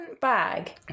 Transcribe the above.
bag